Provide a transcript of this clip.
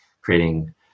creating